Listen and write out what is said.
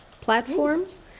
platforms